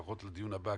לפחות לדיון הבא,